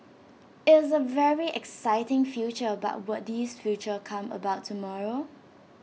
it's A very exciting future but will this future come about tomorrow